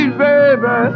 baby